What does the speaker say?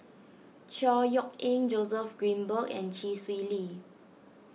Chor Yeok Eng Joseph Grimberg and Chee Swee Lee